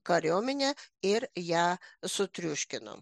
kariuomene ir ją sutriuškino